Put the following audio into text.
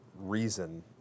reason